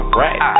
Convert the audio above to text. right